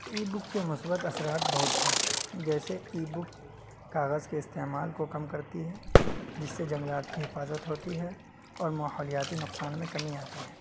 ای book کے مثبت اثرات بہت ہیں جیسے ای بک کاغذ کے استعمال کو کم کرتی ہے جس سے جنگلات کی حفاظت ہوتی ہے اور ماحولیاتی نقصان میں کمی آتی ہے